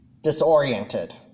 disoriented